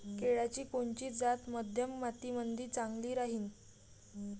केळाची कोनची जात मध्यम मातीमंदी चांगली राहिन?